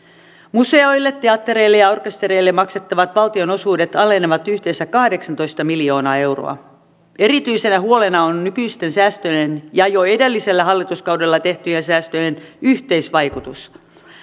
museoille teattereille ja orkestereille maksettavat valtionosuudet alenevat yhteensä kahdeksantoista miljoonaa euroa erityisenä huolena on nykyisten säästöjen ja jo edellisellä hallituskaudella tehtyjen säästöjen yhteisvaikutus